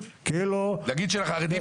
לחרדים